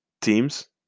Teams